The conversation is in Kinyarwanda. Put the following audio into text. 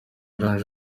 grand